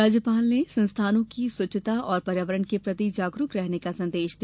राज्यपाल ने संस्थानों की स्वच्छता और पर्यावरण के प्रति जागरूक रहने का संदेश दिया